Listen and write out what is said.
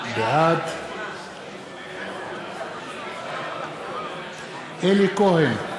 בעד אלי כהן, אינו נוכח יצחק כהן,